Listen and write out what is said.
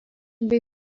bei